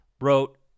wrote